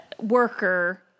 worker